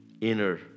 inner